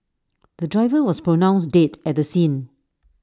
the driver was pronounced dead at the scene